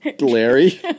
Larry